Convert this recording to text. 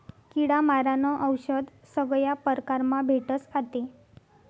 किडा मारानं औशद सगया परकारमा भेटस आते